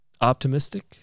optimistic